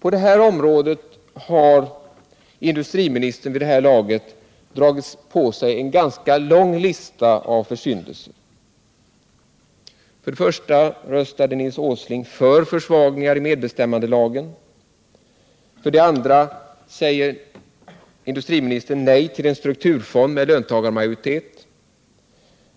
På detta område har industriministern vid det här laget dragit på sig en ganska lång lista av försyndelser: För det första röstade Nils Åsling för försvagningar i medbestämmandelagen. För det andra säger industriministern nej till en strukturfond med löntagarmajoritet.